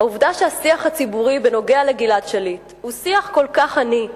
העובדה שהשיח הציבורי בנוגע לגלעד שליט הוא שיח כל כך עני,